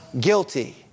guilty